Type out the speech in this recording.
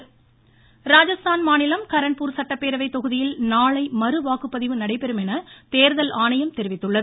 ராஜஸ்தான் தேர்தல் ராஜஸ்தான் மாநிலம் கரன்பூர் சட்டப்பேரவைத் தொகுதியில் நாளை மறுவாக்குப்பதிவு நடைபெறும் என தோதல் ஆணையம் தெரிவித்துள்ளது